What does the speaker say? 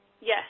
Yes